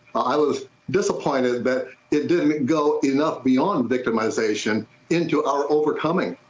i was disappointed that it didn't go enough beyond victimization into our overcoming.